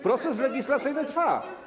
Proces legislacyjny trwa.